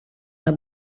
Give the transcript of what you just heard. una